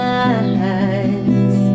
eyes